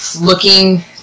looking